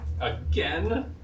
Again